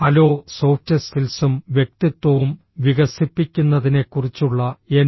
hello soft സ്കിൽസും വ്യക്തിത്വവും വികസിപ്പിക്കുന്നതിനെക്കുറിച്ചുള്ള എൻ